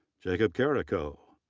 jacob carrico,